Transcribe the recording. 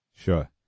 Sure